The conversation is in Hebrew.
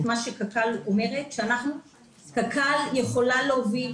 קק"ל יכולה להוביל.